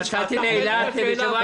אני יצאתי לאילת בשבוע שעבר.